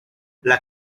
las